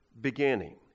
beginning